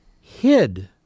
hid